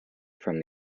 from